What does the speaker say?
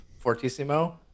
fortissimo